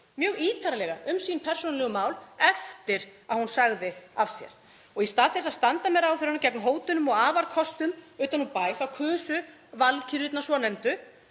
mjög ítarlega um sín persónulegu mál eftir að hún sagði af sér. Og í stað þess að standa með ráðherranum gegn hótunum og afarkostum utan úr bæ þá kusu valkyrjurnar svonefndu